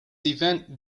event